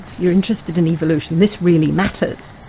you're interested in evolution, this really matters.